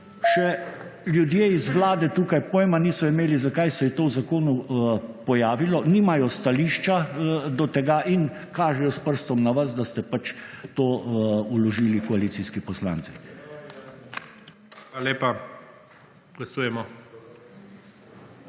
Še ljudje iz vlade tukaj pojma niso imeli, zakaj se je to v zakonu pojavilo. Nimajo stališča do tega in kažejo s prstom na vas, da ste pač to vložili koalicijski poslanci. PREDSEDNIK